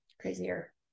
crazier